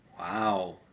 Wow